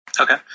Okay